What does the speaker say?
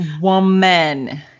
woman